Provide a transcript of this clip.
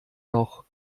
noch